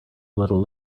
little